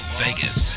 vegas